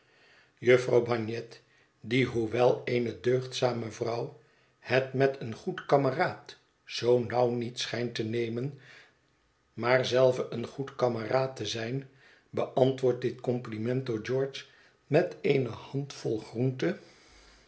jufvrouw bagnet die hoewel eene deugdzame vrouw het met een goed kameraad zoo nauw niet schijnt te nemen maar zelve een goed kameraad te zijn beantwoordt dit compliment door george met eene handvol groente